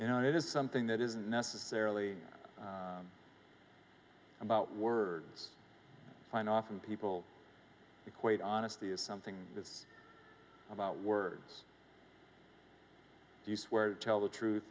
and it is something that isn't necessarily about words fine often people equate honesty is something about words you swear to tell the truth